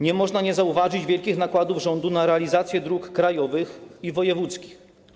Nie można nie zauważyć wielkich nakładów rządu na realizację dróg krajowych i wojewódzkich.